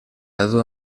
dado